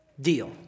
deal